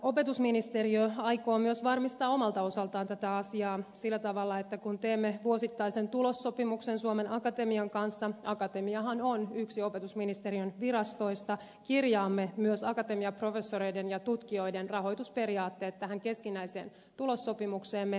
opetusministeriö aikoo myös varmistaa omalta osaltaan tätä asiaa sillä tavalla että kun teemme vuosittaisen tulossopimuksen suomen akatemian kanssa akatemiahan on yksi opetusministeriön virastoista kirjaamme myös akatemiaprofessoreiden ja tutkijoiden rahoitusperiaatteet tähän keskinäiseen tulossopimukseemme